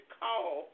call